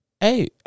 Hey